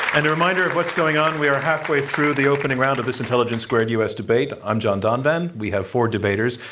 and a reminder of what's going on, we are halfway through the opening round of this intelligence squared u. s. debate. i'm john donvan. we have four debaters,